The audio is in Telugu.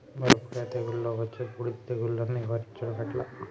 మిరపకాయ తెగుళ్లలో వచ్చే బూడిది తెగుళ్లను నివారించడం ఎట్లా?